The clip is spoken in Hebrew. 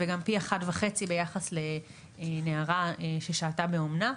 וגם פי אחד וחצי ביחס לנערה ששהתה באומנה.